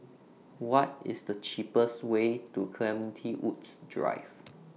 What IS The cheapest Way to Clementi Woods Drive